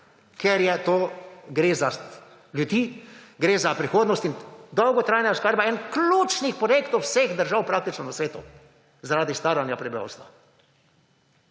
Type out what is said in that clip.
ker je to, gre za ljudi, gre za prihodnost in dolgotrajna oskrba je en ključnih projektov vseh držav praktično na svetu, zaradi staranja prebivalstva.